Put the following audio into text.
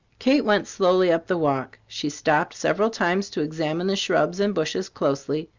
kate went slowly up the walk. she stopped several times to examine the shrubs and bushes closely,